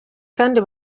kandi